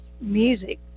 music